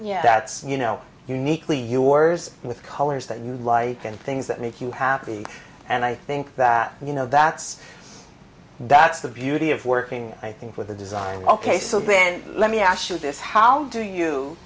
yet that's you know uniquely yours with colors that you like and things that make you happy and i think that you know that's that's the beauty of working i think with the design ok so ben let me ask you this how do you